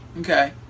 Okay